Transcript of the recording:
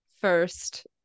first